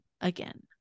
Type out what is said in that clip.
again